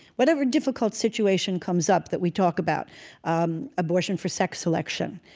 whatever difficult situation comes up that we talk about um abortion for sex selection,